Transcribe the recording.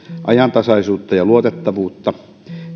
ajantasaisuutta ja luotettavuutta